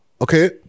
okay